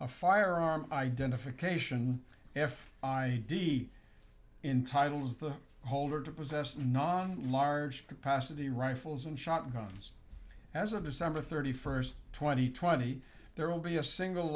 a firearm identification if i d in titles the holder to possess non large capacity rifles and shotguns as of december thirty first twenty twenty there will be a single